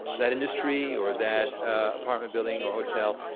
that industry, or that apartment building or hotel,